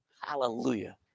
Hallelujah